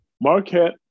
Marquette